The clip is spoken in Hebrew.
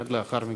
מייד לאחר מכן.